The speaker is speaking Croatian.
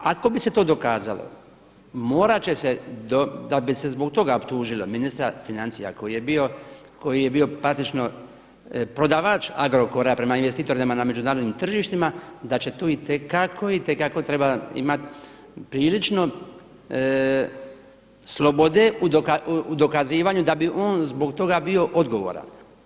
Ako bi se to dokazalo, morati će se, da bi se zbog toga optužilo ministra financija koji je bio praktično prodavač Agrokora prema investitorima na međunarodnim tržištima da će tu itekako, itekako trebati imati prilično slobode u dokazivanju da bi on zbog toga bio odgovoran.